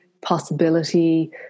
possibility